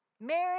Mary